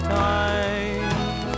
times